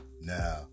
Now